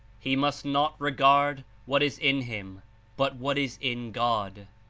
he must not regard what is in him but what is in god.